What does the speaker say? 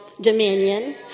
dominion